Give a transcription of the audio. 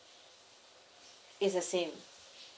it's the same